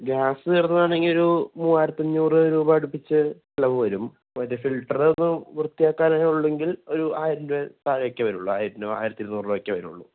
gas തീർന്നതാണെങ്കിൽ ഒരൂ മൂവായിരത്തഞ്ഞൂറ് രൂപ അടുപ്പിച്ച് ചിലവ് വരും ഒരു ഫിൽറ്ററിപ്പം വൃത്തിയാക്കാനൊക്കെ ഉള്ളെങ്കിൽ ഒരായിരം രൂപയിൽ താഴെയക്കെ വരുള്ളു ആയിരം രൂപ ആയിരത്തിരുന്നൂറ് രൂപക്കെ വരൂള്ളു